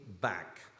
back